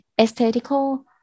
aesthetical